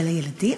אבל הילדים?